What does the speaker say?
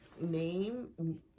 name